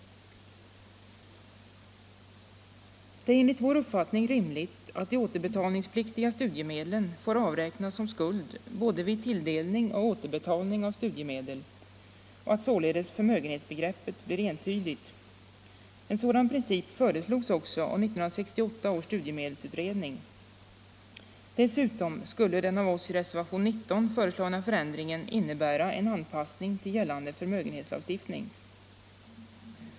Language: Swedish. Det är enligt vår uppfattning rimligt att de återbetalningspliktiga studiemedlen får avräknas som skuld vid både tilldelning och återbetalning av studiemedel och att således förmögenhetsbegreppet blir entydigt. En sådan princip föreslogs också av 1968 års studiemedelsutredning. Dessutom skulle den av oss i reservationen 19 föreslagna förändringen innebära en anpassning till gällande förmögenhetslagstiftning.